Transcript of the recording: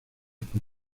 por